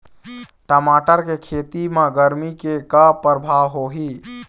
टमाटर के खेती म गरमी के का परभाव होही?